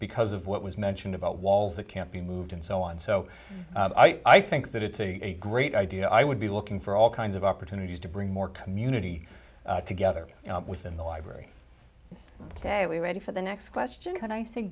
because of what was mentioned about walls that can't be moved and so on so i think that it's a great idea i would be looking for all kinds of opportunities to bring more community together within the library ok are we ready for the next question